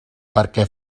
perquè